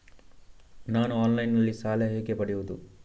ನಾನು ಆನ್ಲೈನ್ನಲ್ಲಿ ಸಾಲ ಹೇಗೆ ಪಡೆಯುವುದು?